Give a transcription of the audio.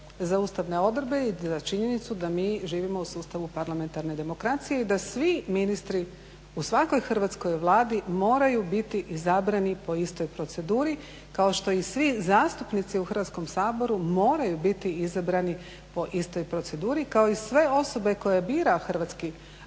za ustavne odredbe i za činjenicu da mi živimo u sustavu parlamentarne demokracije i da svi ministri u svakoj hrvatskoj Vladi moraju biti izabrani po istoj proceduri kao što i svi zastupnici u Hrvatskom saboru moraju biti izabrani po istoj proceduri kao i sve osobe koje bira hrvatski